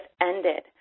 ended